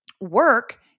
work